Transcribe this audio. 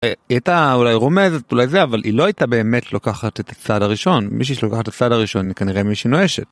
היא הייתה אולי רומזת אולי זה אבל היא לא הייתה באמת לוקחת את הצעד הראשון. מישהי שלוקחת את הצעד הראשון היא כנראה מישהי נואשת.